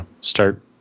start